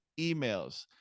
emails